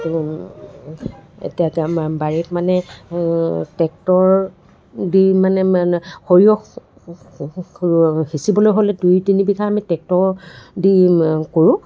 এতিয়া তাৰমানে বাৰীত মানে ট্ৰেক্টৰ দি মানে মানে সৰিয়হ সিঁচিবলৈ হ'লে দুই তিনি বিঘা আমি ট্ৰেক্টৰ দি কৰোঁ